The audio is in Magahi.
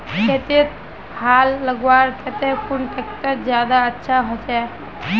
खेतोत हाल लगवार केते कुन ट्रैक्टर ज्यादा अच्छा होचए?